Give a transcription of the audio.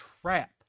trap